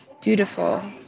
dutiful